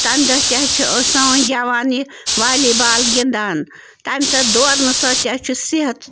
تمہِ دۄہ تہٕ حظ چھِ أسۍ سٲنۍ جوان یہِ والی بال گِنٛدان تمہِ دورٕنہٕ سۭتۍ تہِ حظ چھِ صحت